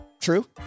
True